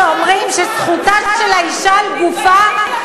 אנחנו שאומרים שזכותה של האישה על גופה,